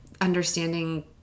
understanding